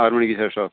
ആറ് മണിക്ക് ശേഷമാണ്